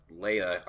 Leia